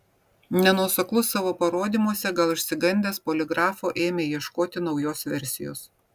nenuoseklus savo parodymuose gal išsigandęs poligrafo ėmė ieškoti naujos versijos